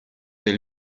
del